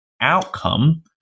outcome